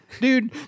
Dude